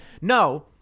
no